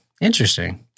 Interesting